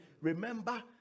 remember